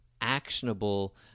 actionable